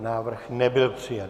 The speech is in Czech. Návrh nebyl přijat.